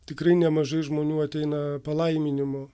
tikrai nemažai žmonių ateina palaiminimo